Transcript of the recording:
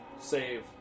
save